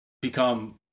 become